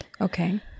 Okay